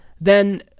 Then-